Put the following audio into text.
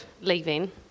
leaving